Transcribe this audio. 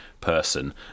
person